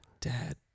Dad